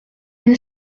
une